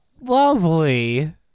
lovely